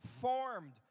formed